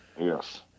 Yes